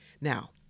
Now